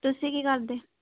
ਤੁਸੀਂ ਕੀ ਕਰਦੇ